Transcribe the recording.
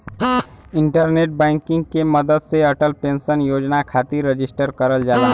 internet banking के मदद से अटल पेंशन योजना खातिर रजिस्टर करल जाला